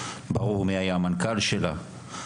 ברור מי היה המנכ"ל שלה,